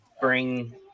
bring